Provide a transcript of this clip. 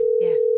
Yes